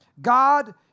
God